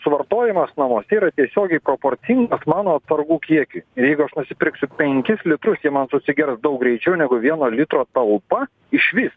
suvartojimas namuose yra tiesiogiai proporcingas mano atsargų kiekiui ir jeigu aš nusipirksiu penkis litrus jie man susigers daug greičiau negu vieno litro talpa išvis